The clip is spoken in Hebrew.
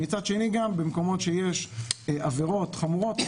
מצד שני, וגם במקומות שיש עבירות חמורות.